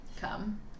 come